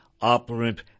operant